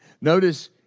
Notice